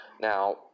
Now